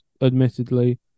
admittedly